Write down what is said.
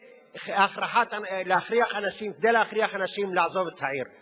כדי להכריח אנשים לעזוב את העיר.